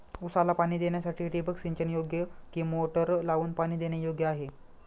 ऊसाला पाणी देण्यासाठी ठिबक सिंचन योग्य कि मोटर लावून पाणी देणे योग्य आहे?